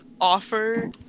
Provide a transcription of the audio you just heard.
offer